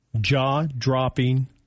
jaw-dropping